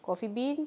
Coffee Bean